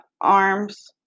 arms